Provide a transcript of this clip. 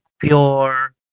pure